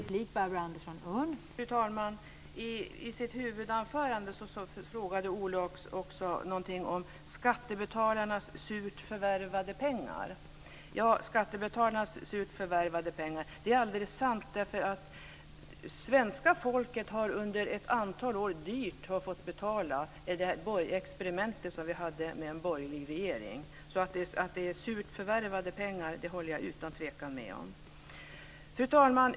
Fru talman! I sitt huvudanförande sade Ola Karlsson någonting om skattebetalarnas surt förvärvade pengar. Det är alldeles sant. Svenska folket har under ett antal år dyrt fått betala det experiment som vi hade med en borgerlig regering. Att det är surt förvärvade pengar håller jag utan tvekan med om. Fru talman!